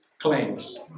claims